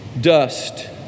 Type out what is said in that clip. Dust